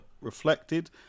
reflected